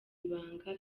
ibanga